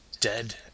dead